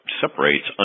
separates